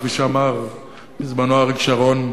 כמו שאמר בזמנו אריק שרון,